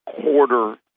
quarter